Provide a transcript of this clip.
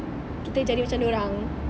kita jadi macam diorang